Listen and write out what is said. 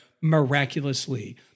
miraculously